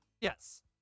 yes